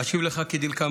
אשיב לך כדלקמן: